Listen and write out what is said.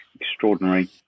extraordinary